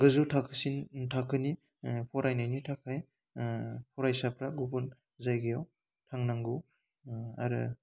गोजौ थाखोसिम थाखोनि फरायनायनि थाखाय फरायसाफ्रा गुबुन जायगायाव थांनांगौ आरो